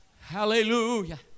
Hallelujah